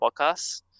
Podcast